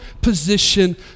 position